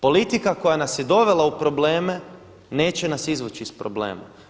Politika koja nas je dovela u probleme neće nas izvući iz problema.